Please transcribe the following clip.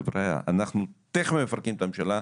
חבריה אנחנו תיכף מפרקים את הממשלה,